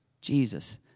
Jesus